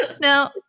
Now